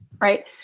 Right